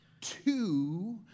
two